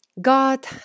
God